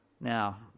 Now